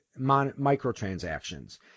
microtransactions